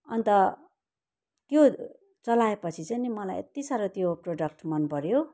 अन्त त्यो चलाएपछि चाहिँ नि मलाई यति साह्रो त्यो प्रोडक्ट मन पऱ्यो